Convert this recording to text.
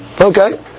Okay